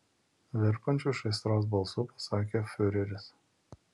virpančiu iš aistros balsu pasakė fiureris